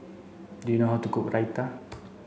Do you know how to cook Raita